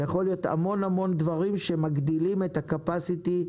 זה יכול להיות המון דברים שמגדילים את ה-capacity,